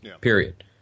period